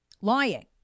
Lying